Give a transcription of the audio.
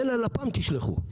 את זה תשלחו ללפ"מ,